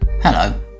hello